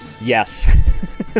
Yes